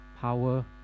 power